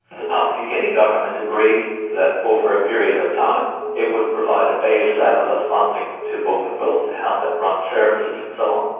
the papua new guinea government agreed that over a period of time it would provide a base level of funding to bougainville to help it run services and so on.